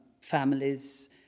families